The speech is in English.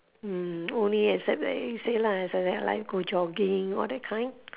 mm only except like you say lah it's like go jogging all that kind